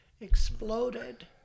exploded